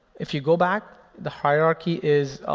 if you go back, the hierarchy is,